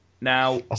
Now